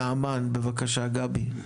נעמן, בבקשה, גבי.